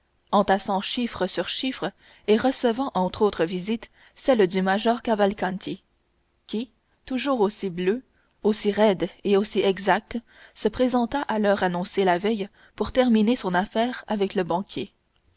entassant chiffres sur chiffres et recevant entre autres visites celle du major cavalcanti qui toujours aussi bleu aussi raide et aussi exact se présenta à l'heure annoncée la veille pour terminer son affaire avec le banquier